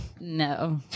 No